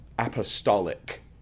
apostolic